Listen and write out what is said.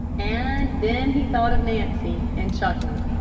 and then he thought of nancy, and chuckled.